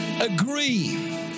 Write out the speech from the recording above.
agree